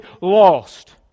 lost